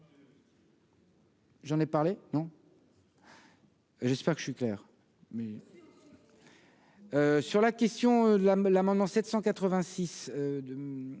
J'en ai parlé non. J'espère que je suis clair. Mais. Sur la question là l'amendement 786